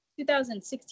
2016